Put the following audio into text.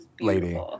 lady